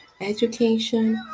education